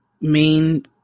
Main